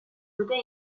dute